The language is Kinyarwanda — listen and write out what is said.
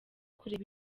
kureba